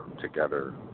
together